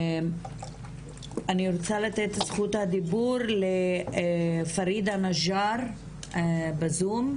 אני רוצה לתת את זכות הדיבור, לפרידה נג'אר בזום.